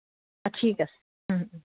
ঠিক আছে